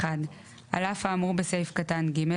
(ג1)על אף האמור בסעיף קטן (ג),